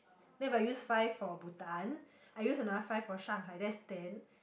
then but I use five for Bhutan I use another five for Shanghai that's ten